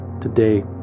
Today